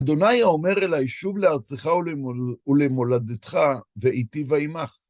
אדוניי אומר אליי, שוב לארצך ולמולדתך, ואיתי ועמך.